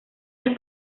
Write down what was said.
las